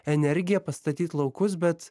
energiją pastatyt laukus bet